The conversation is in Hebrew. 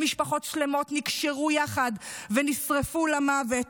ומשפחות שלמות נקשרו יחד ונשרפו למוות.